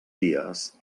dies